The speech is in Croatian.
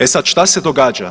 E sad šta se događa?